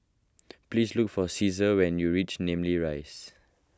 please look for Ceasar when you reach Namly Rise